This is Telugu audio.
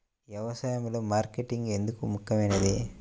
వ్యసాయంలో మార్కెటింగ్ ఎందుకు ముఖ్యమైనది?